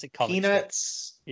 Peanuts